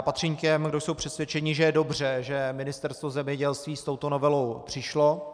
Patřím k těm, kdo jsou přesvědčeni, že je dobře, že Ministerstvo zemědělství s touto novelou přišlo.